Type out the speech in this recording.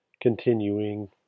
Continuing